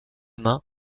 main